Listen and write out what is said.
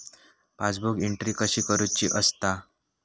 Passbook entry कशी करुची असता?